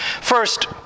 First